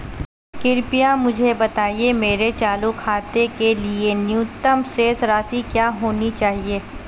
कृपया मुझे बताएं मेरे चालू खाते के लिए न्यूनतम शेष राशि क्या होनी चाहिए?